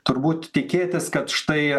turbūt tikėtis kad štai